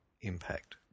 Impact